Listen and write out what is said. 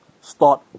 Start